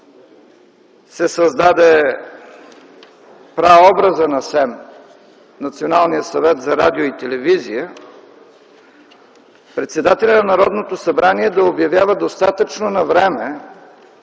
се създаде праобразът на СЕМ – Националният съвет за радио и телевизия, председателят на Народното събрание да обявява достатъчно навреме,